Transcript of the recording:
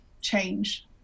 change